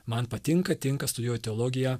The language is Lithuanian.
man patinka tinka studijuot teologiją